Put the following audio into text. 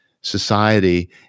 society